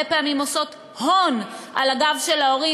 פעמים עושות הון על הגב של ההורים,